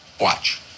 Watch